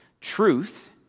truth